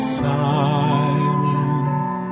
silent